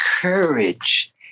courage